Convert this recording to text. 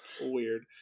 Weird